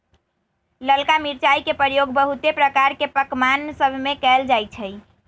ललका मिरचाई के प्रयोग बहुते प्रकार के पकमान सभमें कएल जाइ छइ